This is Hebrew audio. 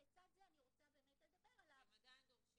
לצד זה אני רוצה לדבר על --- חשוב לומר שהם עדיין דורשים